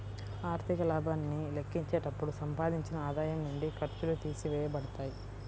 ఆర్థిక లాభాన్ని లెక్కించేటప్పుడు సంపాదించిన ఆదాయం నుండి ఖర్చులు తీసివేయబడతాయి